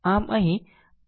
આમ આ ખરેખરv 4 છે